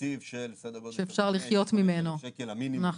תקציב של סדר גודל של 5,000 שקלים מינימום,